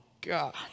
God